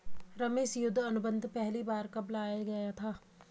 रमेश युद्ध अनुबंध पहली बार कब लाया गया था?